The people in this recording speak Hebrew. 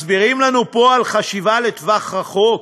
מסבירים לנו פה על חשיבה לטווח רחוק,